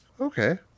okay